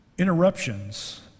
interruptions